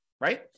right